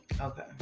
Okay